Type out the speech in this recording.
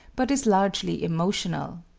but is largely emotional.